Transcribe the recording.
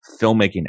filmmaking